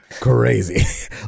crazy